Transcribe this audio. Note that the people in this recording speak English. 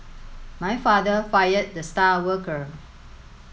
my father fired the star worker